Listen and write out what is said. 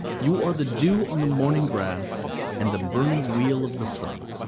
you are the dew on the morning grass and the burning wheel of the sun.